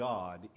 God